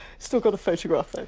still got a photograph though.